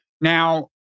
Now